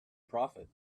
prophet